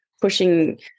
pushing